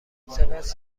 سپس